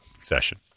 session